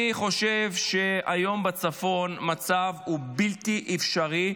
אני חושב שהיום בצפון המצב הוא בלתי אפשרי,